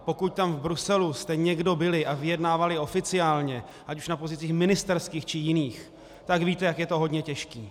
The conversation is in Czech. Pokud tam v Bruselu jste někdo byli a vyjednávali oficiálně ať už na pozicích ministerských, či jiných, tak víte, jak je to hodně těžké.